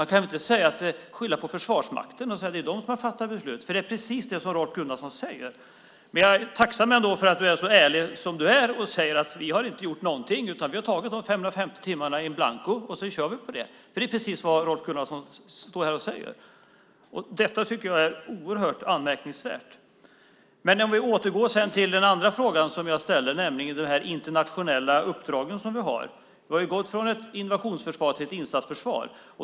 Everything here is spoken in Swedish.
Då kan man väl inte skylla på Försvarsmakten och säga att det är de som har fattat beslut, men det är precis det som Rolf Gunnarsson säger. Men jag är ändå tacksam för att du är så ärlig som du är och säger: Vi har inte gjort någonting, utan vi har tagit de 550 timmarna in blanko, och sedan kör vi på det. Det är precis vad Rolf Gunnarsson står här och säger. Detta tycker jag är oerhört anmärkningsvärt. För att återgå till den andra frågan som jag ställde, nämligen den om våra internationella uppdrag, har vi gått från ett invasionsförsvar till ett insatsförsvar.